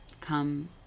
come